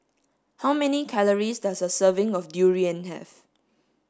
how many calories does a serving of durian have